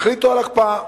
החליטו על הקפאה,